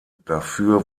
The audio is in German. dafür